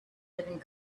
living